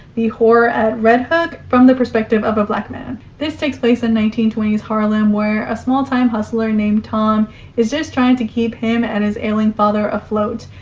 the horror at red hook, from the perspective of a black man. this takes place in nineteen twenty s harlem, where a small-time hustler named tom is just trying to keep him and his ailing father afloat.